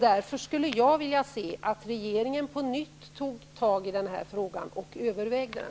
Jag skulle därför vilja se att regeringen tar upp frågan på nytt och överväger den.